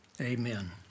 amen